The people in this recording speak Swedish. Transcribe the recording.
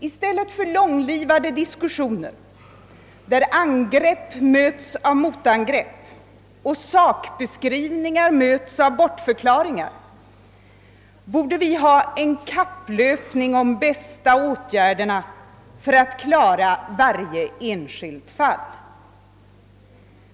I stället för segslitna diskussioner där angrepp möts av motangrepp och sakbeskrivningar möts av bortförklaringar borde vi ha en kapplöpning om de bästa åtgärderna för att klara varje enskilt fall.